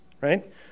Right